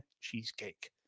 cheesecake